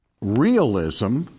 realism